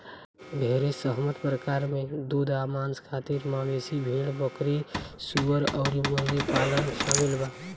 ढेरे सहमत प्रकार में दूध आ मांस खातिर मवेशी, भेड़, बकरी, सूअर अउर मुर्गी पालन शामिल बा